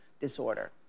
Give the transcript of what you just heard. disorder